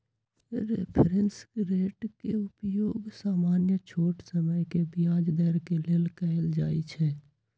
reference rate के उपयोग सामान्य छोट समय के ब्याज दर के लेल कएल जाइ छइ